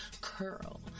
curl